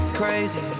crazy